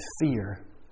fear